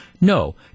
No